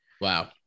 Wow